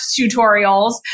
tutorials